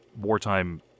wartime